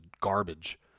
garbage